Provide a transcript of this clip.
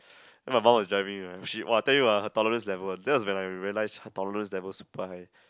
then my mum was driving ah she !wah! I tell you ah her tolerance level that's when I realise her tolerance level super high